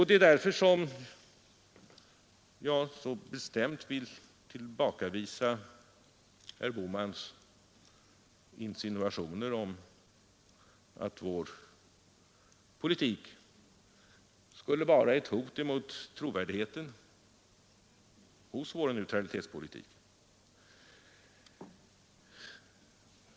Det är därför som jag så bestämt vill tillbakavisa herr Bohmans insinuationer om att vår politik skulle vara ett hot mot trovärdigheten hos vår neutralitet.